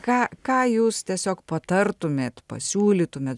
ką ką jūs tiesiog patartumėt pasiūlytumėt